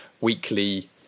weekly